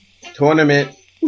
tournament